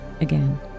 again